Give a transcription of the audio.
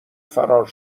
فرار